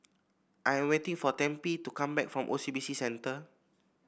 I am waiting for Tempie to come back from O C B C Centre